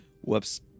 Whoops